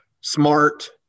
smart